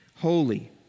holy